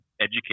educate